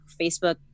Facebook